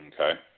Okay